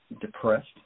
depressed